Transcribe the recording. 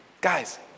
Guys